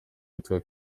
kitwa